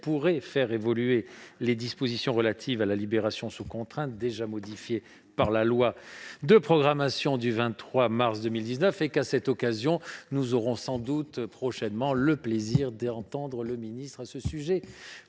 pourrait faire évoluer les dispositions relatives à la libération sous contrainte déjà modifiées par la loi de programmation du 23 mars 2019. À cette occasion, nous aurons sans doute le plaisir d'entendre le garde des